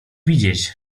widzieć